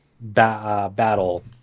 battle